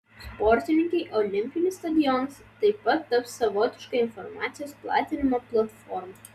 sportininkei olimpinis stadionas taip pat taps savotiška informacijos platinimo platforma